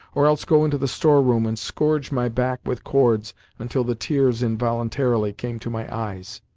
or else go into the store-room and scourge my back with cords until the tears involuntarily came to my eyes!